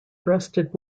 breasted